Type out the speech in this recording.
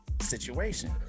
situation